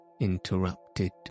interrupted